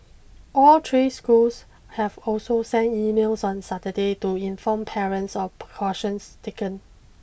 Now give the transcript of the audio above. all three schools have also sent emails on Saturday to inform parents of precautions taken